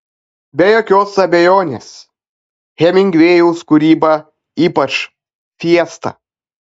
be jokios abejonės hemingvėjaus kūryba ypač fiesta